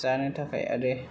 जानो थाखाय आरो